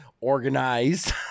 organized